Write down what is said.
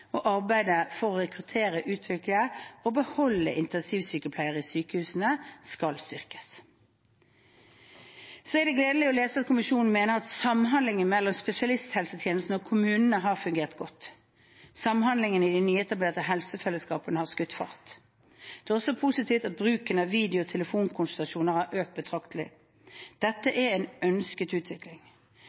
og arbeidet for å rekruttere, utvikle og beholde intensivsykepleiere i sykehusene skal styrkes. Det er gledelig å lese at kommisjonen mener at samhandlingen mellom spesialisthelsetjenesten og kommunene har fungert godt. Samhandlingen i de nyetablerte helsefellesskapene har skutt fart. Det er også positivt at bruken av video- og telefonkonsultasjoner har økt betraktelig. Dette er en ønsket utvikling.